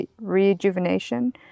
rejuvenation